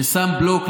ששם לך בלוק,